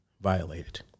violated